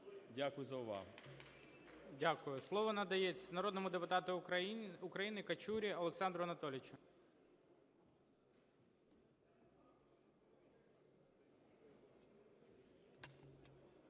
Дякую за увагу. ГОЛОВУЮЧИЙ. Дякую. Слово надається народному депутату України Качурі Олександру Анатолійовичу.